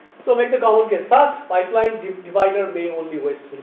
so, make the common case first pipeline divider may only waste.